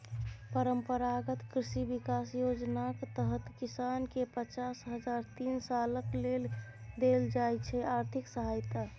परंपरागत कृषि बिकास योजनाक तहत किसानकेँ पचास हजार तीन सालक लेल देल जाइ छै आर्थिक सहायता